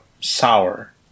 Sour